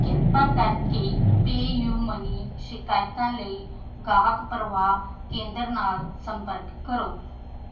ਕਿਰਪਾ ਕਰਕੇ PayU money ਸ਼ਿਕਾਇਤਾਂ ਲਈ ਗਾਹਕ ਪਰਵਾਹ ਕੇਂਦਰ ਨਾਲ ਸੰਪਰਕ ਕਰੋ